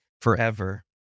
forever